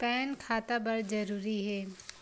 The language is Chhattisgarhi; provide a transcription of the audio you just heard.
पैन खाता बर जरूरी हे?